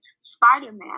spider-man